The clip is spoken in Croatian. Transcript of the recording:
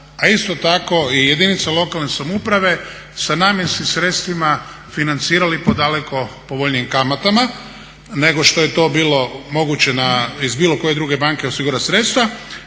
a isto tako i jedinica lokalne samouprave sa namjenskim sredstvima financirali po daleko povoljnijim kamatama nego što je to bilo moguće iz bilo koje druge banke osigurat sredstva.